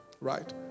right